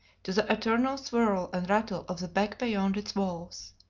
to the eternal swirl and rattle of the beck beyond its walls.